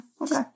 okay